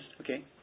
Okay